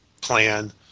plan